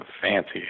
fancy